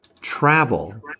travel